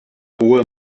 hohe